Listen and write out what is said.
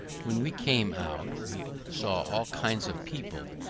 when we came out we saw all kinds of people,